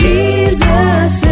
Jesus